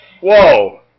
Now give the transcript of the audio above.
Whoa